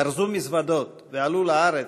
ארזו מזוודות ועלו לארץ,